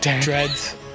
Dreads